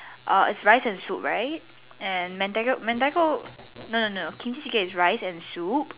err it's rice and soup right and mentaiko mentaiko no no Kimchi chicken is rice and soup